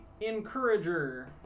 Encourager